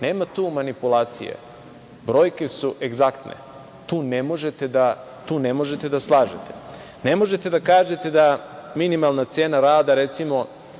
nema tu manipulacije. Brojke su egzaktne. Tu ne možete da slažete. Ne možete da kažete da minimalna cena rada, recimo,